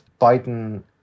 Biden